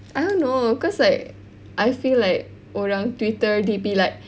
I don't know cause like I feel like orang Twitter they'll be like